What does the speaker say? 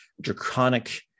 draconic